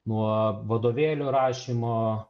nuo vadovėlių rašymo